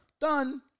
Done